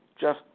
Jeff